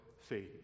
faith